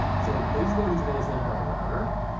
so, lazy-loading today is handled by the router.